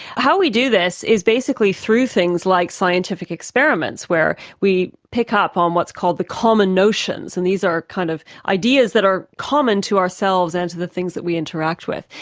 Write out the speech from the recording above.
how we do this is basically through things like scientific experiments, where we pick ah up on um what's called the common notions, and these are kind of ideas that are common to ourselves and to the things that we interact with.